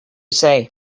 say